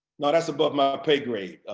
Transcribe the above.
no, that's above my pay grade,